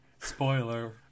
Spoiler